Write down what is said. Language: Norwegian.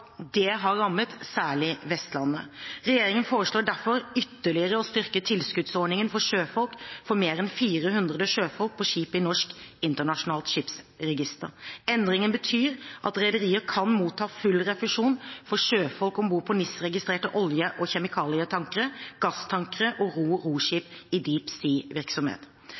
det har rammet særlig Vestlandet. Regjeringen foreslår derfor ytterligere å styrke tilskuddsordningen for sjøfolk for mer enn 400 sjøfolk på skip i Norsk internasjonalt skipsregister. Endringen betyr at rederier kan motta full refusjon for sjøfolk om bord på NIS-registrerte olje- og kjemikalietankere, gasstankere og roroskip i deep